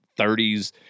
30s